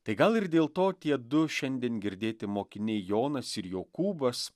tai gal ir dėl to tie du šiandien girdėti mokiniai jonas ir jokūbas